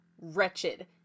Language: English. wretched